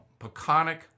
Peconic